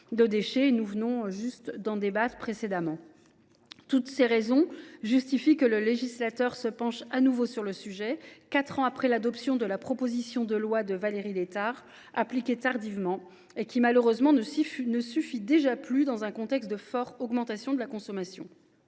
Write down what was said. nous venons justement d’en débattre. Toutes ces raisons justifient que le législateur se penche de nouveau sur le sujet, quatre ans après l’adoption de la proposition de loi de Valérie Létard, appliquée tardivement et qui malheureusement ne suffit déjà plus, dans un contexte de forte augmentation de la consommation.